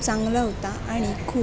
चांगला होता आणि खूप